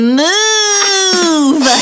move